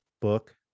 book